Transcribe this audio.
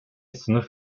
sınıf